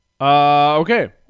Okay